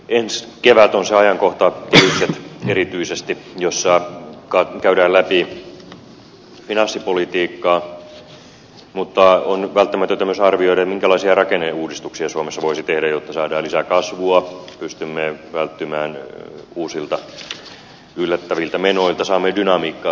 ensi kevät on se ajankohta kehykset erityisesti jolloin käydään läpi finanssipolitiikkaa mutta on välttämätöntä myös arvioida minkälaisia rakenneuudistuksia suomessa voisi tehdä jotta saadaan lisää kasvua pystymme välttymään uusilta yllättäviltä menoilta saamme dynamiikkaa suomalaiseen yhteiskuntaan